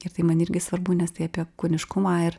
ir tai man irgi svarbu nes tai apie kūniškumą ir